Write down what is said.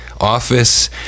office